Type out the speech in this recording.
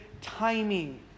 timing